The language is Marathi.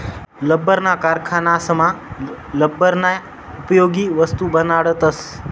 लब्बरना कारखानासमा लब्बरन्या उपयोगी वस्तू बनाडतस